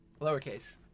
lowercase